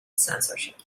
censorship